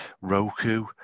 Roku